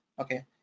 Okay